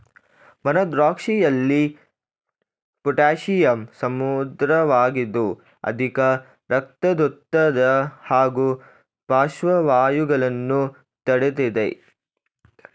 ಒಣದ್ರಾಕ್ಷಿಯಲ್ಲಿ potassium ಸಮೃದ್ಧವಾಗಿದ್ದು ಅಧಿಕ ರಕ್ತದೊತ್ತಡ ಹಾಗೂ ಪಾರ್ಶ್ವವಾಯುಗಳನ್ನು ತಡಿತದೆ